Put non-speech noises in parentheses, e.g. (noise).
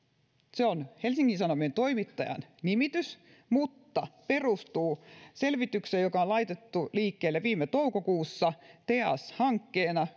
se on helsingin sanomien toimittajan nimitys mutta perustuu selvitykseen joka on laitettu liikkeelle viime toukokuussa teas hankkeena (unintelligible)